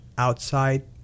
outside